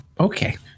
okay